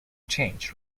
change